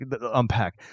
unpack